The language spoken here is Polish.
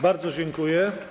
Bardzo dziękuję.